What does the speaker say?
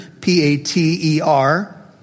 P-A-T-E-R